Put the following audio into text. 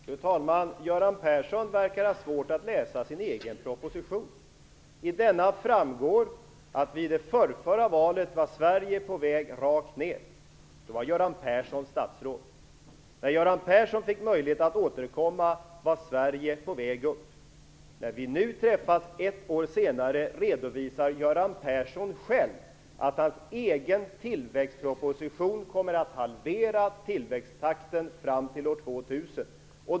Fru talman! Göran Persson verkar ha svårt att läsa sin egen proposition. I denna framgår det att Sverige vid det förrförra valet var på väg rakt ner. Då var Göran Persson statsråd. När han fick möjlighet att återkomma var Sverige på väg upp. När vi nu träffas ett år senare redovisar Göran Persson själv i sin egen tillväxtproposition att tillväxttakten kommer att halveras fram till år 2000.